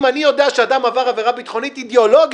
אם אני יודע שאדם עבר עבירה ביטחונית אידיאולוגית,